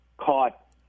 caught